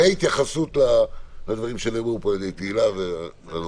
-- והתייחסות לדברים שנאמרו פה על ידי תהלה ואנוכי.